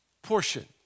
portion